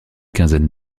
quinzaine